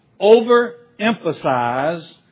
overemphasize